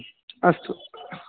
अस्तु